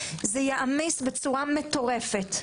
זה יעמיס בצורה מטורפת,